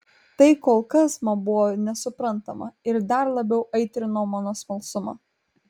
tai kol kas man buvo nesuprantama ir dar labiau aitrino mano smalsumą